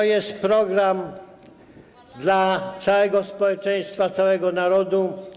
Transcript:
to jest program dla całego społeczeństwa, całego narodu.